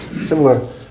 Similar